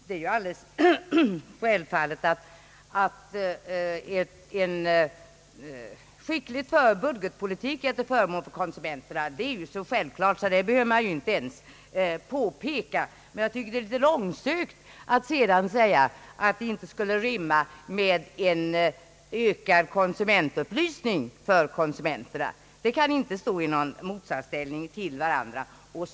Det är alldeles självfallet att en skickligt förd budgetpolitik är till förmån för konsumenterna, det behöver man inte ens påpeka. Men jag tycker att det är litet långsökt att sedan påstå att detta inte skulle rimma med en ökad konsumentupplysning. Det kan inte vara någon motsatsställning där.